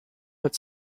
but